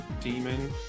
demon